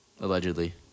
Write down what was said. Allegedly